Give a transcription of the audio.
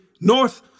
north